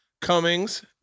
Cummings